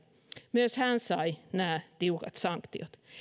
myös hän sai nämä tiukat sanktiot